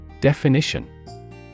Definition